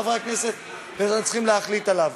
חברי הכנסת צריכים להחליט עליו.